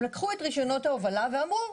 הם לקחו את רישיונות ההובלה ואמרו,